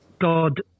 God